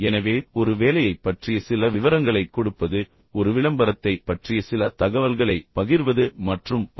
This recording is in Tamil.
எனவே ஒரு வேலையைப் பற்றிய சில விவரங்களைக் கொடுப்பது ஒரு விளம்பரத்தைப் பற்றிய சில தகவல்களைப் பகிர்வது மற்றும் பல